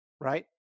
right